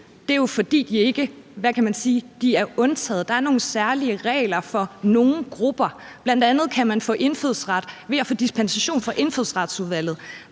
det er jo, fordi de er undtaget, fordi der er nogle særlige regler for nogle grupper. Bl.a. kan man få indfødsret ved at få dispensation fra Indfødsretsudvalget.